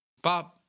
Bob